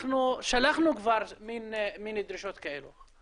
שלחנו כבר מין דרישות כאלה.